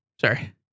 Sorry